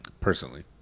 personally